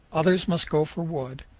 others must go for wood,